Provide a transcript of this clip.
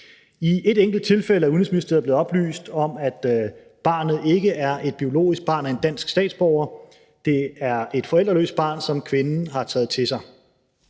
I et enkelt tilfælde er Udenrigsministeriet blevet oplyst om, at barnet ikke er et biologisk barn af en dansk statsborger. Det er et forældreløst barn, som kvinden har taget til sig.